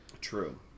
True